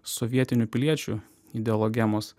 sovietinių piliečių ideologemos